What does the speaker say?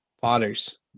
potters